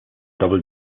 double